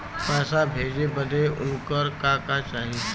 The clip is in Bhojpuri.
पैसा भेजे बदे उनकर का का चाही?